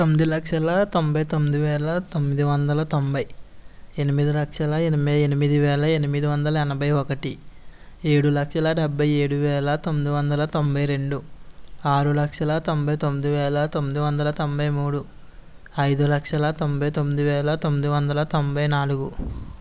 తొమ్మిది లక్షల తొంబై తొమ్మిది వేల తొమ్మిది వందల తొంబై ఎనిమిది లక్షల ఎనబై ఎనిమిది వేల ఎనిమిది వందల ఎనబై ఒకటి ఏడు లక్షల డెబ్బై ఏడు వేల తొమ్మిది వందల తొంబై రెండు ఆరు లక్షల తొంబై తొమ్మిది వేల తొమ్మిది వందల తొంబై మూడు ఐదు లక్షల తొంబై తొమ్మిది వేల తొమ్మిది వందల తొంబై నాలుగు